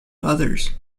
others